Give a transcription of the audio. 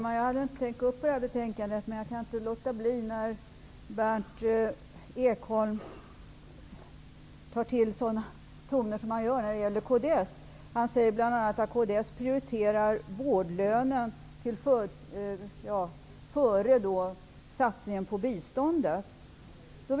Herr talman! När Berndt Ekholm tar till sådana ord som han gör när det gäller kds kan jag inte låta bli att kommentera det. Han säger bl.a. att kds prioriterar vårdlönen före satsningen på biståndet.